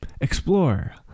explore